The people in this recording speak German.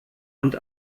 und